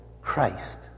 Christ